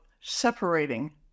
separating